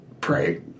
pray